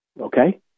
Okay